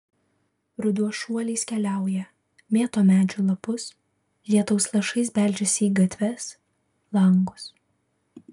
ruduo šuoliais keliauja mėto medžių lapus lietaus lašais beldžiasi į gatves langus